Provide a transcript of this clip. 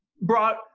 brought